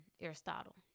Aristotle